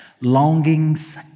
longings